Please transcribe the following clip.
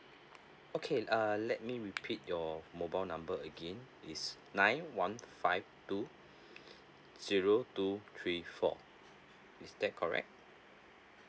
okay uh let me repeat your mobile number again is nine one five two zero two three four is that correct